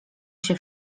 się